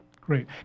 Great